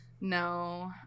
No